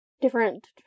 different